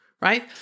right